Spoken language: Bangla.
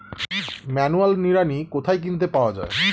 ম্যানুয়াল নিড়ানি কোথায় কিনতে পাওয়া যায়?